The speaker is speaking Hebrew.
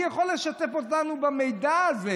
מי יכול לשתף אותנו במידע הזה?